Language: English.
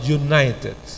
united